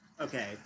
Okay